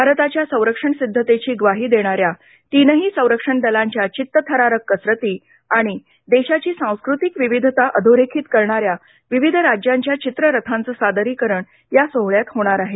भारताच्या संरक्षण सिद्धतेची ग्वाही देणाऱ्या तीनही संरक्षण दलांच्या चित्तथरारक कसरती आणि देशाची सांस्कृतिक विविधता अधोरेखित करणा या विविध राज्यांच्या चित्ररथांचं सादरीकरण या सोहळ्यात होणार आहे